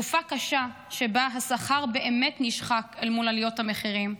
תקופה קשה שבה השכר באמת נשחק אל מול עליות המחירים,